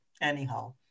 anyhow